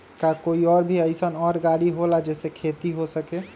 का कोई और भी अइसन और गाड़ी होला जे से खेती हो सके?